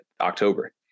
october